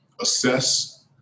assess